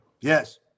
Yes